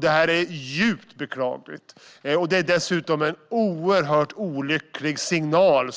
Detta är djupt beklagligt, och man sänder dessutom en oerhört olycklig signal